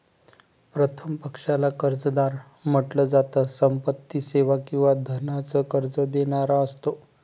प्रथम पक्षाला कर्जदार म्हंटल जात, संपत्ती, सेवा किंवा धनाच कर्ज देणारा असतो